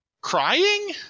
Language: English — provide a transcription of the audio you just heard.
crying